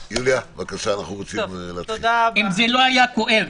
אדוני היושב-ראש, באמת היה ויכוח סוער